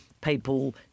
people